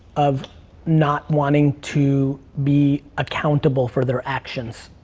of not wanting to be accountable for their actions.